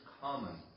common